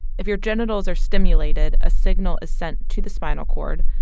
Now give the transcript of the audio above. if your genitals are stimulated, a signal is sent to the spinal cord,